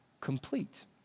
complete